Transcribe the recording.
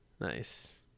nice